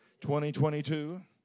2022